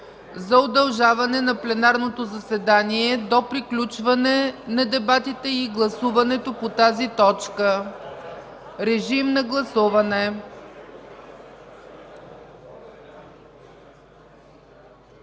за удължаване на пленарното заседание до приключване на дебатите и гласуването по тази точка. Гласували